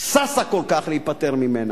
ששה כל כך להיפטר ממנה.